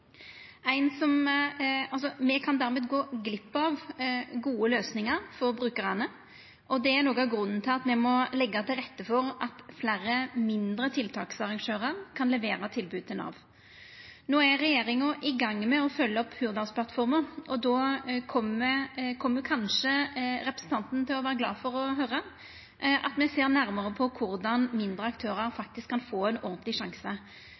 Me kan dermed gå glipp av gode løysingar for brukarane. Det er noko av grunnen til at me må leggja til rette for at fleire mindre tiltaksarrangørar kan levera tilbod til Nav. No er regjeringa i gang med å følgja opp Hurdalsplattforma, og då kjem kanskje representanten til å vera glad for å høyra at me ser nærmare på korleis mindre aktørar faktisk kan få ein ordentleg sjanse,